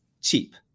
cheap